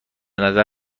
نظر